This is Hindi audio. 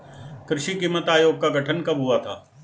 कृषि कीमत आयोग का गठन कब हुआ था?